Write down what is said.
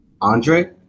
andre